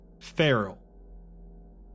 feral